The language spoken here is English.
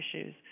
issues